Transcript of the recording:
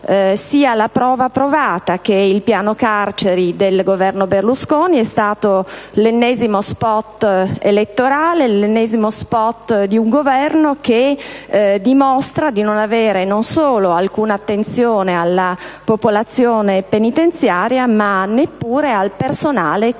sia la prova provata che il piano carceri del Governo Berlusconi è stato l'ennesimo *spot* elettorale, l'ennesimo *spot* di un Governo che dimostra di non avere alcuna attenzione nei confronti non solo della popolazione penitenziaria, ma neppure del personale che